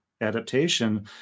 adaptation